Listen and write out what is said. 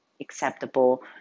acceptable